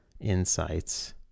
insights